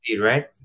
right